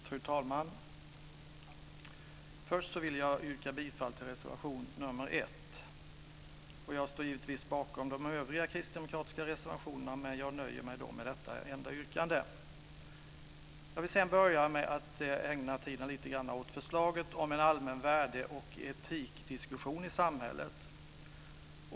Fru talman! Först vill jag yrka bifall till reservation nr 1. Jag står givetvis också bakom de övriga kristdemokratiska reservationerna, men jag nöjer mig med detta enda yrkande. Jag börjar med att ägna tiden lite grann åt förslaget om en allmän värde och etikdiskussion i samhället.